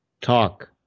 Talk